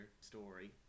story